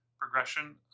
progression